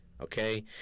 Okay